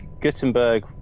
gutenberg